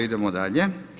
Idemo dalje.